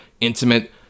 intimate